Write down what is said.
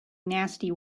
nasty